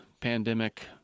pandemic